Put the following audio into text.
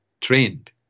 trained